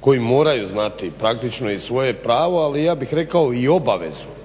koji moraju znati praktično i svoje pravo ali ja bih rekao i obavezu,